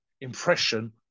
Impression